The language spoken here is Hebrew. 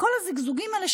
וכל הזיגזוגים האלה,